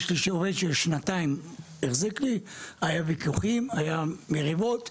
הוא החזיק אצלי שנתיים; היו ויכוחים ומריבות,